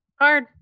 Hard